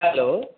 hello